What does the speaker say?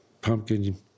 pumpkin